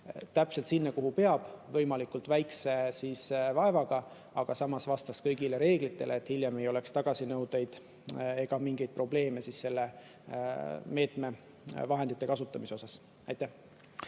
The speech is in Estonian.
täpselt sinna, kuhu see peab jõudma, võimalikult väikese vaevaga, aga samas vastaks kõigile reeglitele, et hiljem ei oleks tagasinõudeid ega mingeid probleeme selle meetme vahendite kasutamisega. Aitäh!